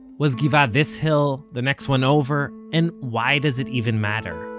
was gibeah this hill? the next one over? and why does it even matter?